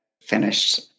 finished